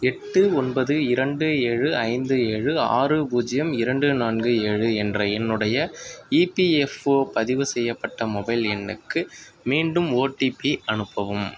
எட்டு ஒன்பது இரண்டு ஏழு ஐந்து ஏழு ஆறு பூஜ்ஜியம் இரண்டு நான்கு ஏழு என்ற என்னுடைய இபிஎஃப்ஓ பதிவு செய்யப்பட்ட மொபைல் எண்ணுக்கு மீண்டும் ஓடிபி அனுப்பவும்